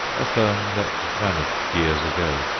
a firm that vanished years ago,